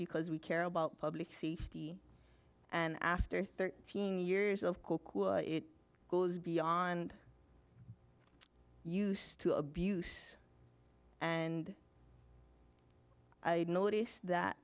because we care about public safety and after thirteen years of koku it goes beyond use to abuse and i notice that